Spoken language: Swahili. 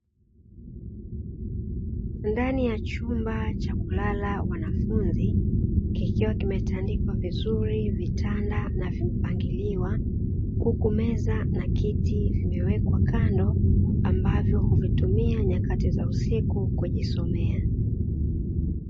Ndani ya chumba cha kulala wanafunzi kikiwa kimetandikwa vizuri, vitanda na vimepangiliwa huku meza na kiti imewekwa kando ambazo huvitumia nyakati za usiku kujisomea.